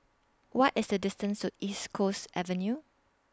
What IS The distance to East Coast Avenue